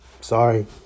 Sorry